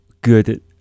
good